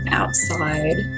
outside